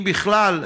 אם בכלל,